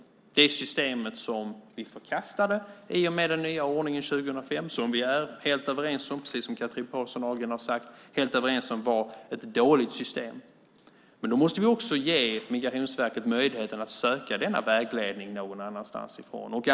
Det var det systemet som vi förkastade i och med den nya ordningen 2005, och vi är helt överens om att det var ett dåligt system. Då måste vi också ge Migrationsverket möjligheten att söka denna vägledning någon annanstans ifrån.